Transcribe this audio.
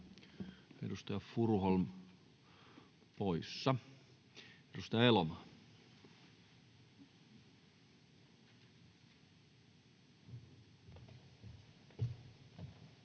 edustaja Furuholm poissa. — Edustaja Elomaa.